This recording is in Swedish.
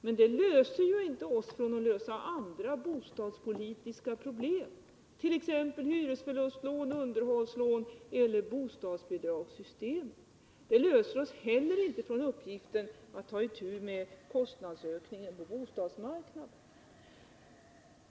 Men det löser oss ju inte från att ta itu med andra bostadspolitiska problem, t.ex. hyresförluster och underhållslån eller bostadsbidragssystemet. Det löser oss heller inte från uppgiften att ta itu med kostnadsökningen på bostadsmarknaden.